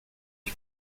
ich